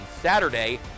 Saturday